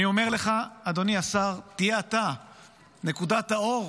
אני אומר לך, אדוני השר, תהיה אתה נקודת האור